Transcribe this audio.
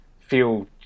feel